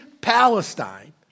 Palestine